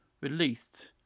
released